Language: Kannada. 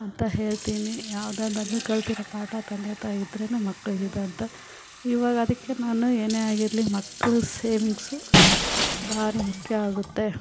ಅಂತ ಹೇಳ್ತೀನಿ ಯಾವ್ದದು ಆದರು ಕಲಿತಿರೋ ಪಾಠ ತಂದೆ ತಾಯಿ ಇದ್ರೇ ಮಕ್ಕಳಿಗೆ ಇದಂಥ ಇವಾಗ ಅದಕ್ಕೆ ನಾನು ಏನೇ ಆಗಿರಲಿ ಮಕ್ಳ ಸೇವಿಂಗ್ಸು ಭಾರಿ ಮುಖ್ಯ ಆಗುತ್ತೆ